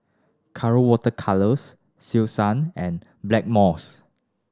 Colora Water Colours Selsun and Blackmores